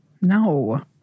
No